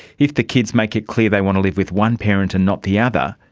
if the kids make it clear they want to live with one parent and not the other,